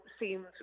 seems